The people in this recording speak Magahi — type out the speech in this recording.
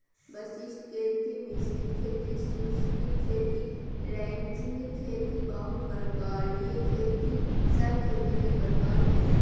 वशिष्ट खेती, मिश्रित खेती, शुष्क खेती, रैचिंग खेती, बहु प्रकारिय खेती सब खेती के प्रकार हय